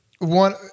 One